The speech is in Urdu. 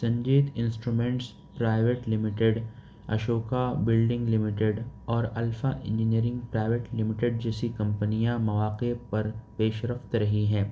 Sanjeet instruments private limited Ashoka building limited اور الفا انجینئرنگ پرائیویٹ لمییٹیڈ جیسی کمپنیاں مواقع پر پیش رفت رہی ہیں